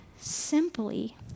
simply